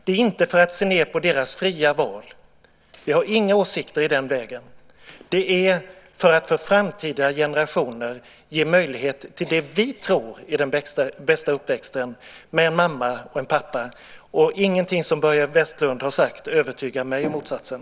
Det är inte för att se ned på deras fria val. Vi har inga åsikter i den vägen. Det är för att ge framtida generationer möjlighet till det som vi tror är bästa uppväxten med en mamma och en pappa. Ingenting av det som Börje Vestlund har sagt övertygar mig om motsatsen.